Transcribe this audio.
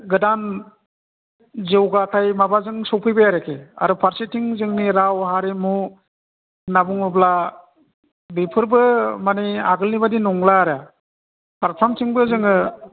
गोदान जौगाथाय माबाजों सौफैबाय आरोखि आरो फारसेथिं जोंनि राव हारिमु होनना बुङोब्ला बेफोरबो माने आगोलनि बायदि नंला आरो फारफ्रोमथिंबो जोङो